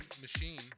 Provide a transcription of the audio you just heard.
machine